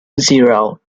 zero